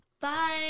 Bye